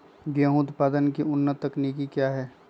गेंहू उत्पादन की उन्नत तकनीक क्या है?